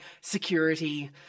security